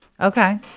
Okay